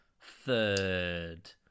third